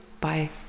Bye